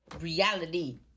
Reality